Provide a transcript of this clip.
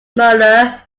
murder